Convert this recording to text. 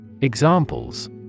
Examples